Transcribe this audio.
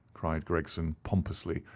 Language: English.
cried gregson, pompously,